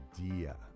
idea